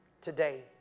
Today